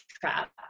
trap